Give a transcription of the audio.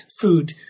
food